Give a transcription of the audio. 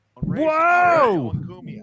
Whoa